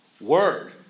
word